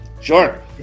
sure